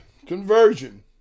Conversion